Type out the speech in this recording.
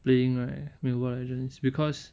playing right mobile legends because